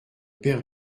père